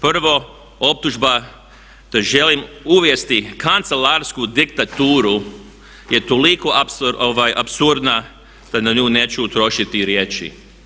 Prvo optužba da želim uvesti kancelarsku diktaturu je toliko apsurdna da na nju neću utrošiti riječi.